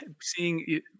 seeing